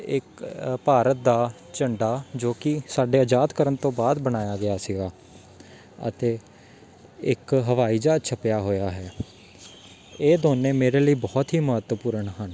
ਇੱਕ ਭਾਰਤ ਦਾ ਝੰਡਾ ਜੋ ਕਿ ਸਾਡੇ ਆਜ਼ਾਦ ਕਰਨ ਤੋਂ ਬਾਅਦ ਬਣਾਇਆ ਗਿਆ ਸੀਗਾ ਅਤੇ ਇੱਕ ਹਵਾਈ ਜਹਾਜ਼ ਛਪਿਆ ਹੋਇਆ ਹੈ ਇਹ ਦੋਨੇ ਮੇਰੇ ਲਈ ਬਹੁਤ ਹੀ ਮਹੱਤਵਪੂਰਨ ਹਨ